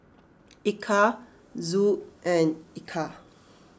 Eka Zul and Eka